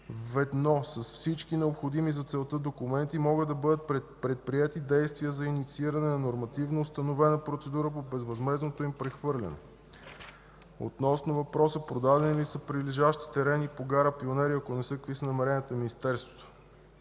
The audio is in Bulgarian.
ведно с всички необходими за целта документи могат да бъдат предприети действия за иницииране на нормативно установена процедура по безвъзмездното им прехвърляне. Относно въпроса: продадени ли са прилежащи терени по гара Пионер и ако не са – какви са намеренията на Министерството?